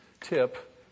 tip